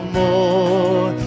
more